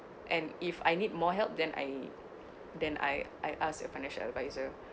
and if I need more help then I then I I ask a financial adviser